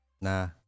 Nah